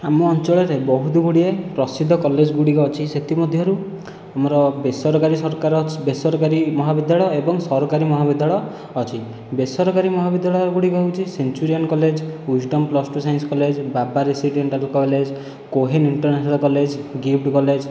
ଆମ ଅଞ୍ଚଳରେ ବହୁତ ଗୁଡ଼ିଏ ପ୍ରସିଦ୍ଧ କଲେଜ ଗୁଡ଼ିକ ଅଛି ସେଥିମଧ୍ୟରୁ ଆମର ବେସରକାରୀ ବେସରକାରୀ ମହାବିଦ୍ୟାଳୟ ଏବଂ ସରକାରୀ ମହାବିଦ୍ୟାଳୟ ଅଛି ବେସରକାରୀ ମହାବିଦ୍ୟାଳୟ ଗୁଡ଼ିକ ହେଉଛି Centurion college Wisdom plus two science Baba residential college Cohen international college GIFT college